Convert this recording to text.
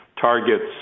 targets